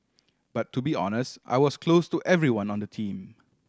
but to be honest I was close to everyone on the team